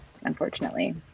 unfortunately